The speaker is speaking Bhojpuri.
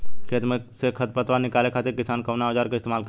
खेत में से खर पतवार निकाले खातिर किसान कउना औजार क इस्तेमाल करे न?